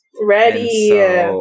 Ready